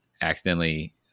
accidentally